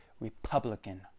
republican